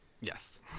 Yes